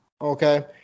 Okay